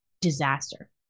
disaster